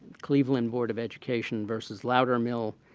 cleveland board of education versus loudermill,